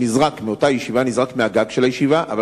מאותה ישיבה נזרק מגג הישיבה,